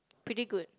pretty good